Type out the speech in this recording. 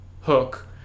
hook